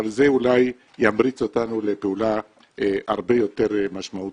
אבל זה אולי ימריץ אותנו לפעולה הרבה יותר משמעותית.